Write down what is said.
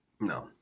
No